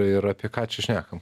ir apie ką čia šnekam